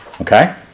Okay